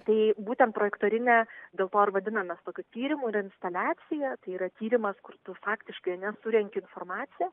tai būtent projektorinė dėl to ir vadinam mes tokiu tyrimu ir instaliacija tai yra tyrimas kur tu faktiškai na surenki informaciją